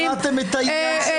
חבר הכנסת קריב, תודה.